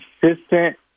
consistent